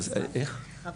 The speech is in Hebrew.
חוה